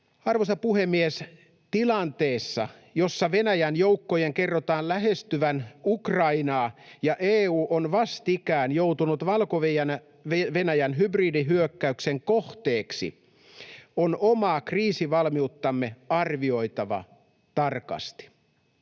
Arvoisa puhemies! Tilanteessa, jossa Venäjän joukkojen kerrotaan lähestyvän Ukrainaa ja EU on vastikään joutunut Valko-Venäjän hybridihyökkäyksen kohteeksi, on omaa kriisivalmiuttamme arvioitava tarkasti.